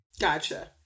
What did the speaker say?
Gotcha